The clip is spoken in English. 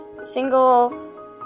single